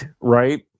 Right